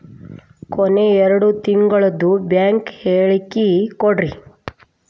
ಕೊನೆ ಎರಡು ತಿಂಗಳದು ಬ್ಯಾಂಕ್ ಹೇಳಕಿ ಕೊಡ್ರಿ